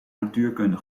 natuurkunde